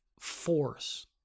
force